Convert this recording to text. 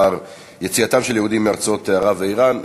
יציאתם של היהודים מארצות ערב ואיראן,